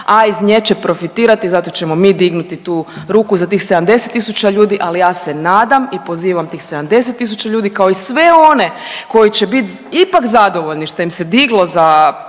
a iz nje će profitirati, zato ćemo mi dignuti tu ruku za tih 70 tisuća ljudi, ali ja se nadam i pozivam tih 70 tisuća ljudi, kao i sve one koji će bit ipak zadovoljni šta im se diglo za